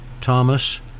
Thomas